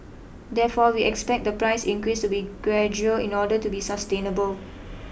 therefore we expect the price increase to be gradual in order to be sustainable